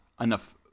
enough